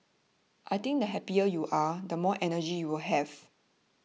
I think the happier you are the more energy you will have